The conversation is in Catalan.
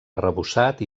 arrebossat